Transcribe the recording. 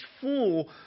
fool